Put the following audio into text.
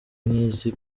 nk’izi